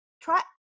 try –